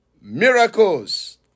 miracles